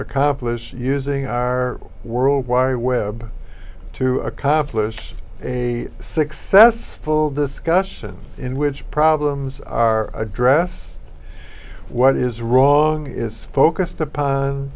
accomplish using our world wide web to accomplish a successful discussion in which problems are address what is wrong is focused upon